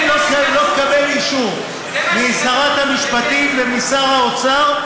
אם לא תקבל אישור משרת המשפטים ומשר האוצר,